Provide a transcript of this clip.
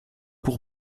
pour